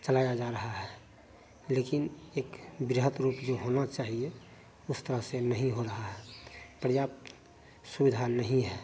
चलाया जा रहा है लेकिन एक बृहद् रूप जो होना चाहिए उस तरह से नहीं हो रहा है पर्याप्त सुविधा नहीं है